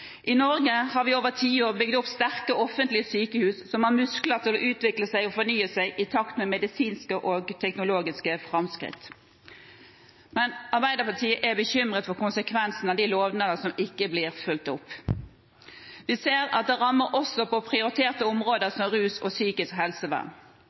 I Norge har vi over tiår bygd opp sterke offentlige sykehus som har muskler til å utvikle seg og fornye seg i takt med medisinske og teknologiske framskritt. Men Arbeiderpartiet er bekymret for konsekvensene av de lovnadene som ikke blir fulgt opp. Vi ser at det rammer også prioriterte områder som rus og psykisk helsevern.